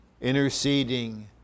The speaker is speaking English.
interceding